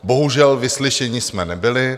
Bohužel, vyslyšeni jsme nebyli.